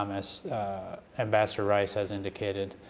um as ambassador rice has indicated,